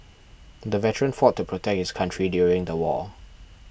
the veteran fought to protect his country during the war